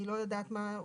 אני לא יודעת מה הוסכם,